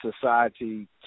society